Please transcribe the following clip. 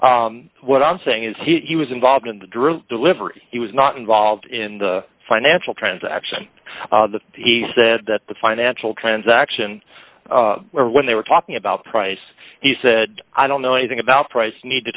livery what i'm saying is he was in robin the drill delivery he was not involved in the financial transaction he said that the financial transaction where when they were talking about price he said i don't know anything about price need to